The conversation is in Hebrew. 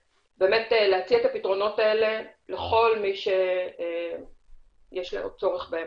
להציע את הפתרונות האלה לכל מי שיש לו צורך בהם.